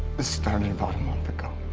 this started about a month ago.